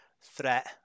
threat